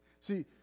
See